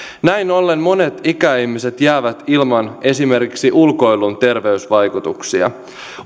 näin ollen monet ikäihmiset jäävät ilman esimerkiksi ulkoilun terveysvaikutuksia